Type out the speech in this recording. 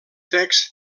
texts